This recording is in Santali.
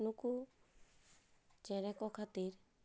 ᱱᱩᱠᱩ ᱪᱮᱬᱮ ᱠᱚ ᱠᱷᱟᱹᱛᱤᱨ